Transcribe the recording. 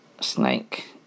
snake